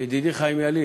ידידי חיים ילין,